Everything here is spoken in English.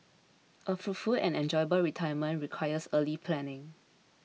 a fruitful and enjoyable retirement requires early planning